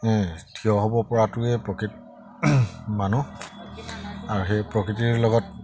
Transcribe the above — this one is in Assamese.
থিয় হ'ব পৰাটোৱে প্ৰকৃত মানুহ আৰু সেই প্ৰকৃতিৰ লগত